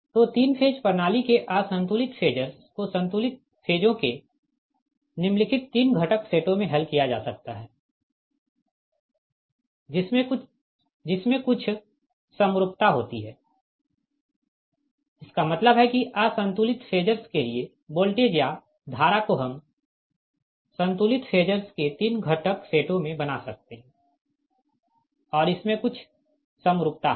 तो तीन फेज प्रणाली के असंतुलित फेजरस को संतुलित फेजों के निम्नलिखित तीन घटक सेटों में हल किया जा सकता है जिसमें कुछ समरूपता होती है इसका मतलब है कि असंतुलित फेजरस के लिए वोल्टेज या धारा को हम संतुलित फेजरस के तीन घटक सेटों में बना सकते है और इसमें कुछ समरूपता है